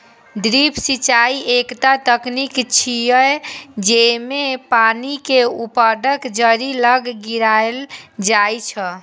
drip सिंचाइ एकटा तकनीक छियै, जेइमे पानि कें पौधाक जड़ि लग गिरायल जाइ छै